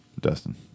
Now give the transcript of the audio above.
Dustin